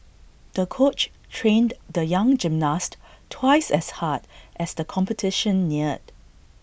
the coach trained the young gymnast twice as hard as the competition neared